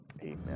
Amen